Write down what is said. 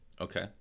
okay